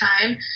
time